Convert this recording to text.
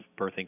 birthing